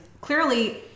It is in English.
clearly